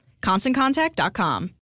ConstantContact.com